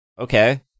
Okay